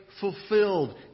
fulfilled